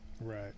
right